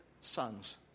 sons